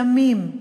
ימים,